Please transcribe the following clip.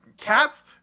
Cats